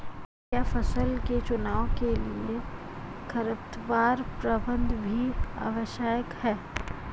क्या फसल के चुनाव के लिए खरपतवार प्रबंधन भी आवश्यक है?